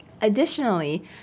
Additionally